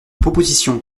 proposition